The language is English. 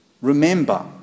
Remember